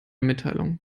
mitteilungen